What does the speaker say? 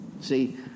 See